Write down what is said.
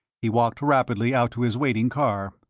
he walked rapidly out to his waiting car.